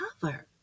cover